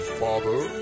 father